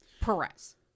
Perez